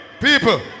people